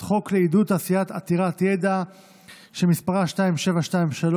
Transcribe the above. חוק לעידוד תעשייה עתירת ידע שמספרה 2723/24,